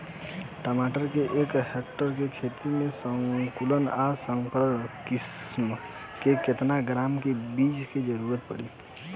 टमाटर के एक हेक्टेयर के खेती में संकुल आ संकर किश्म के केतना ग्राम के बीज के जरूरत पड़ी?